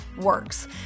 works